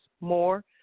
more